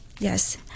Yes